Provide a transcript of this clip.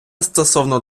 стосовно